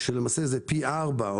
שזה פי ארבעה,